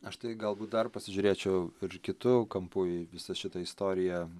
aš tai galbūt dar pasižiūrėčiau ir kitu kampu į visą šitą istoriją